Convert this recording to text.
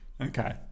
Okay